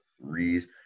threes